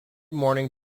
morning